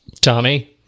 Tommy